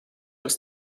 els